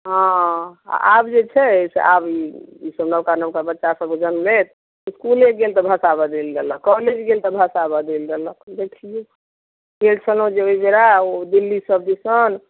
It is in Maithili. हँ आ आब जे छै से आब ई ई सब नबका नबका बच्चा सब जन्म लेल इसकुले गेल तऽ भाषा बदलि देलक कॉलेज गेल तऽ भाषा बदलि देलक देखियौ गेल छलहुॅं जे ओहिबेरा ओ दिल्ली सब दिसन